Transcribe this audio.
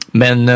men